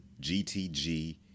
GTG